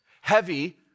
heavy